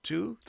Two